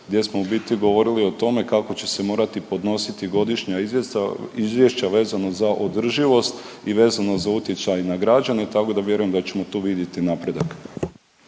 gdje smo u biti govorili o tome kako će se morati podnositi godišnja izvješća vezano za održivost i vezano za utjecaj na građane, tako da vjerujem da ćemo tu viditi napredak.